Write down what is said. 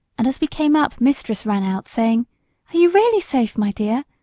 and as we came up mistress ran out, saying, are you really safe, my dear?